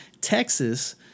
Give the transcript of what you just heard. Texas